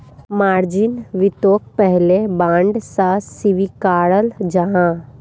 margin वित्तोक पहले bond सा स्विकाराल जाहा